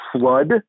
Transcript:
flood